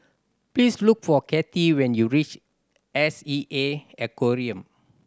please look for Katie when you reach S E A Aquarium